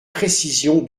précision